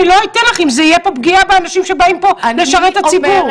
אני לא אתן לך אם תהיה פה פגיעה באנשים שבאים לשרת את הציבור.